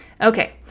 Okay